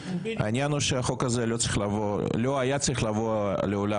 העניין הוא שהחוק הזה לא היה צריך לבוא לעולם.